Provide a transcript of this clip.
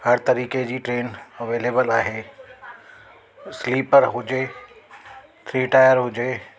हर तरीक़े जी ट्रेन अवेलेबल आहे स्लीपर हुजे थ्री टायर हुजे